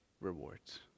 rewards